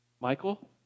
Michael